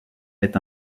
est